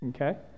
okay